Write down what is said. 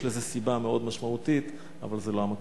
יש לזה סיבה משמעותית מאוד, אבל זה לא המקום.